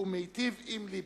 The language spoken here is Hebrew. ומיטיב עם ליברמן.